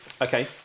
Okay